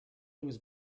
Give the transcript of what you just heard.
was